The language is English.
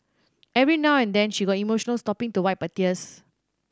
every now and then she got emotional stopping to wipe her tears